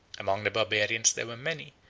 among the barbarians there were many,